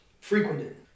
frequented